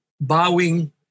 bowing